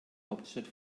hauptstadt